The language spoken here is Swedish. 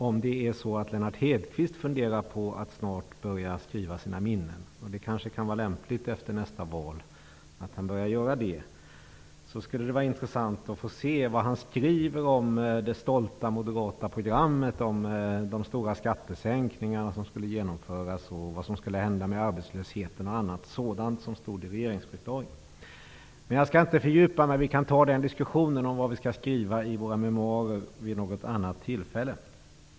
Om Lennart Hedquist funderar på att snart börja skriva sina minnen -- det kanske kan vara lämpligt efter nästa val -- skulle det vara intressant att se vad han skriver om det stolta moderata programmet, om de stora skattesänkningarna som skulle genomföras, vad som skulle hända med arbetslösheten och annat sådant som stod i regeringsförklaringen. Jag skall inte fördjupa mig i det. Vi kan ta diskussionen om vad vi skall skriva i våra memoarer vid något annat tillfälle.